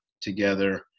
together